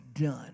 done